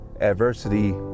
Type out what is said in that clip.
adversity